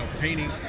painting